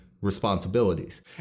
responsibilities